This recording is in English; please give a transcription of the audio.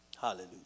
Hallelujah